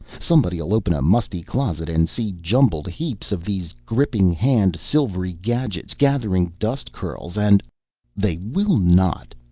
somebody'll open a musty closet and see jumbled heaps of these gripping-hand silvery gadgets gathering dust curls and they will not!